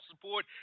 support